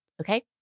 okay